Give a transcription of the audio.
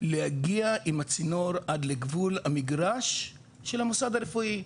להגיע עם הצינור עד לגבול המגרש של המוסד הרפואי,